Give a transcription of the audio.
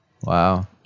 Wow